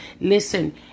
Listen